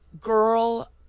girl